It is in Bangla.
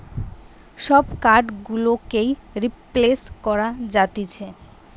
সব কার্ড গুলোকেই রিপ্লেস করা যাতিছে